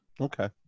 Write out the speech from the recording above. Okay